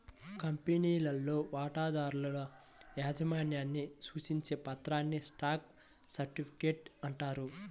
కంపెనీలో వాటాదారుల యాజమాన్యాన్ని సూచించే పత్రాన్నే స్టాక్ సర్టిఫికేట్ అంటారు